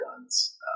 guns